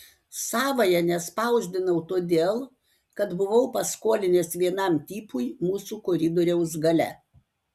savąja nespausdinau todėl kad buvau paskolinęs vienam tipui mūsų koridoriaus gale